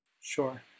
Sure